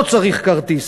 לא צריך כרטיס.